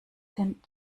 sind